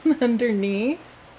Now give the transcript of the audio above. underneath